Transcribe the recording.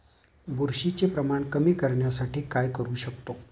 बुरशीचे प्रमाण कमी करण्यासाठी काय करू शकतो?